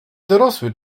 dorosły